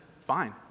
fine